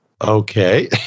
Okay